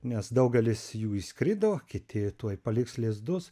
nes daugelis jų išskrido kiti tuoj paliks lizdus